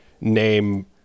name